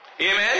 Amen